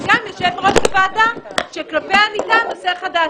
וגם יושב-ראש הוועדה שכלפיה נטענה טענת נושא חדש.